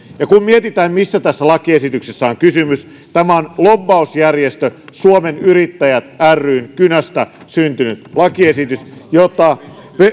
ja kun mietitään mistä tässä lakiesityksessä on kysymys niin tämä on lobbausjärjestö suomen yrittäjät ryn kynästä syntynyt lakiesitys jota